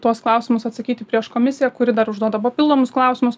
tuos klausimus atsakyti prieš komisiją kuri dar užduoda papildomus klausimus